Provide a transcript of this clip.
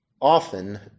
often